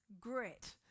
grit